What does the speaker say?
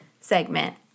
segment